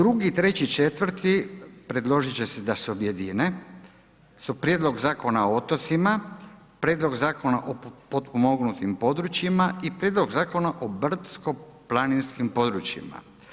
2., 3. i 4. predložiti će se da se objedine su Prijedlog zakona o otocima, Prijedlog zakona o potpomognutim područjima i Prijedlog zakona o brdsko-planinskim područjima.